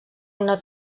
una